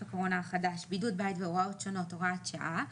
הקורונה החדש) (בידוד בית והוראות שונות) (הוראת שעה),